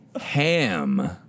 Ham